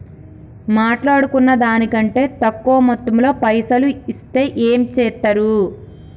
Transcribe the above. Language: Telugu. మాట్లాడుకున్న దాని కంటే తక్కువ మొత్తంలో పైసలు ఇస్తే ఏం చేత్తరు?